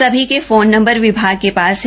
सभी के phone number विभाग के पास हैं